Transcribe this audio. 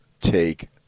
take